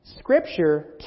Scripture